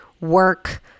work